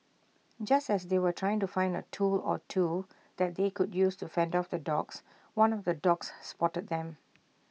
just as they were trying to find A tool or two that they could use to fend off the dogs one of the dogs spotted them